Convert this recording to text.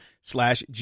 slash